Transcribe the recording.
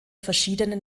verschiedenen